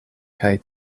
kaj